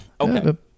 okay